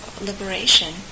liberation